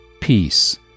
Peace